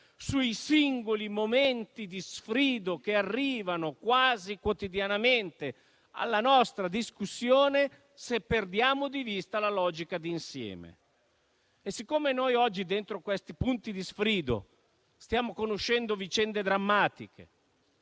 sui singoli momenti di sfrido che arrivano quasi quotidianamente alla nostra discussione se perdiamo di vista la logica d'insieme. Dentro questi punti di sfrido stiamo oggi conoscendo vicende drammatiche